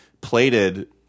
plated